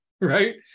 right